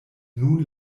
nun